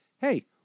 hey